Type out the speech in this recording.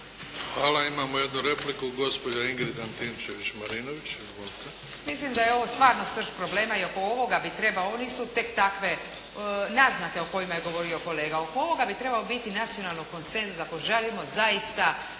Izvolite. **Antičević Marinović, Ingrid (SDP)** Mislim da je ovo stvarno srž problema i oko ovoga bi trebalo, ovo nisu tek takve naznake o kojima je govorio kolega. Oko ovoga bi trebao biti nacionalno konsenzus ako želimo zaista